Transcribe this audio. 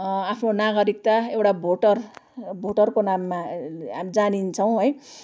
आफ्नो नागरिकता एउटा भोटर भोटरको नाममा हामी जानिन्छौँ है